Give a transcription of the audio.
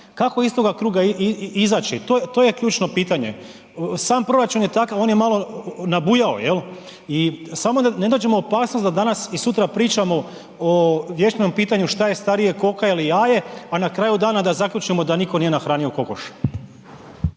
Kako iz toga kruga izaći, to je, to je ključno pitanje, sam proračun je takav, on je malo nabujao jel, i samo da ne dođemo u opasnost da danas i sutra pričamo o vječnom pitanju šta je starije koka ili jaje, a na kraju dana da zaključimo da nitko nije nahranio kokoš.